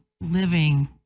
living